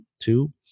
two